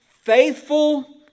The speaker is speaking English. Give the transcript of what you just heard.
faithful